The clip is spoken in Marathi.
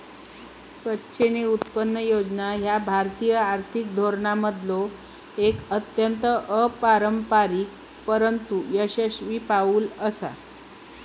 स्वेच्छेने उत्पन्न योजना ह्या भारतीय आर्थिक धोरणांमधलो एक अत्यंत अपारंपरिक परंतु यशस्वी पाऊल होता